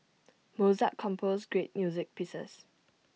Mozart composed great music pieces